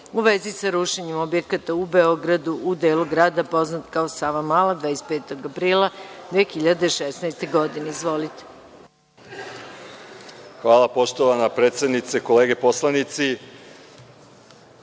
u vezi sa rušenjem objekata u Beogradu, u delu grada poznat kao Savamala, 25. aprila 2016. godine. Izvolite. **Marko Đurišić** Hvala. Poštovana predsednice, kolege poslanici,